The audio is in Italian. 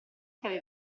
che